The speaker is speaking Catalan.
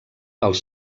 els